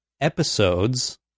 episodes